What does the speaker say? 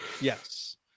yes